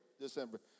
December